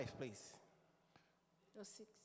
please